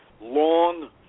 long